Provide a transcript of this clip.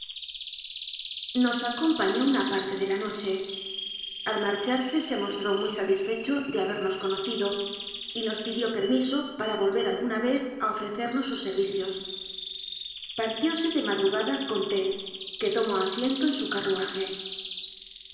nos acompañó una parte de la noche al mar charse se mostró muy satisfecho de habernos co nocido y nos pidió permiso para volver alguna vez a ofrecemos sus servicios partióse de madru gada con t que tomó asiento en su carruaje